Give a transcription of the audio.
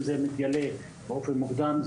אם זה מתגלה באופן מוקדם,